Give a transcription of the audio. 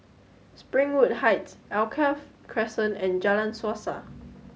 Springwood Heights Alkaff Crescent and Jalan Suasa